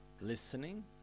listening